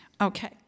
Okay